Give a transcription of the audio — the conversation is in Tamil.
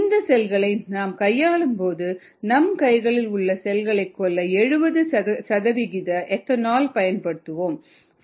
இந்த செல்களை நாம் கையாளும்போது நம் கைகளில் உள்ள செல்களை கொல்ல 70 சதவீத எத்தனால் பயன்படுத்துவோம்